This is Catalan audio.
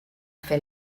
fer